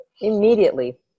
Immediately